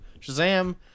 Shazam